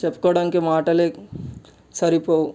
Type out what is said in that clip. చెప్పుకోవడానికి మాటలే సరిపోవు